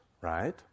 right